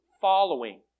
following